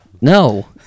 No